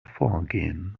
vorgehen